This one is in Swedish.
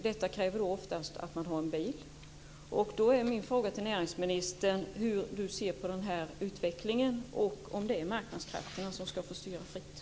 Detta kräver oftast att man har bil.